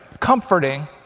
comforting